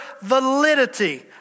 validity